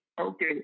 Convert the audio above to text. Okay